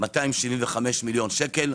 275 מיליון שקל.